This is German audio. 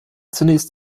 zunächst